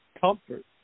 comfort